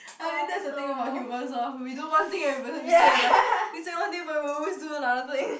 I mean that's the thing about humans orh we do one thing and we say another thing we say one thing but we always do another thing